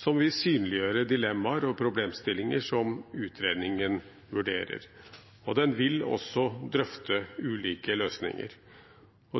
som vil synliggjøre dilemmaer og problemstillinger som utredningen vurderer. Den vil også drøfte ulike løsninger.